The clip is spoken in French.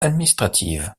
administratives